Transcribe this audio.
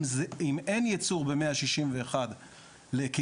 אם אין ייצור במאה שישים ואחד לקיסריה,